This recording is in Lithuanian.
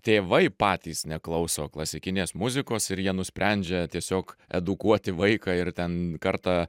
tėvai patys neklauso klasikinės muzikos ir jie nusprendžia tiesiog edukuoti vaiką ir ten kartą